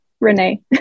Renee